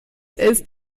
ist